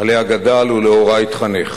שעליה גדל ולאורה התחנך.